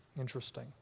Interesting